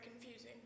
confusing